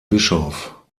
bischof